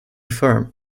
firm